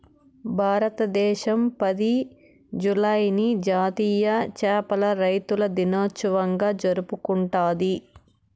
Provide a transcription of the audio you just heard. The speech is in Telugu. భారతదేశం పది, జూలైని జాతీయ చేపల రైతుల దినోత్సవంగా జరుపుకుంటాది